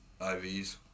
IVs